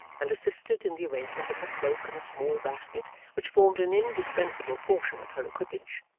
and assisted in the arrangement of her cloak and a small basket which formed an indispensable portion of her equipage,